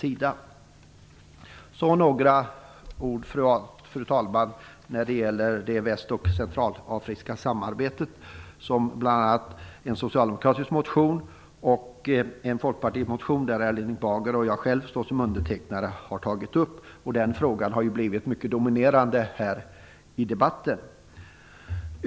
Fru talman! Några ord när det gäller det väst och centralafrikanska samarbetet, som bl.a. en socialdemokratisk motion och en folkpartimotion där Erling Bager och jag själv står som undertecknare har tagit upp. Den frågan har blivit mycket dominerande här i debatten.